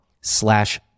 slash